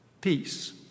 peace